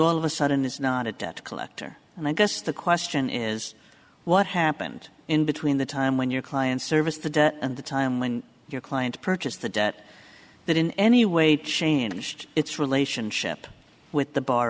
all of a sudden it's not a debt collector and i guess the question is what happened in between the time when your client service the debt and the time when your client purchased the debt that in any way to changed its relationship with the b